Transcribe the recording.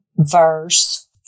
verse